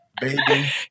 baby